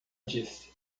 disse